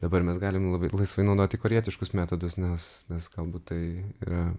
dabar mes galim labai laisvai naudoti korėjietiškus metodus nes nes galbūt tai yra